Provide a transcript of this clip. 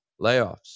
layoffs